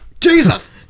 Jesus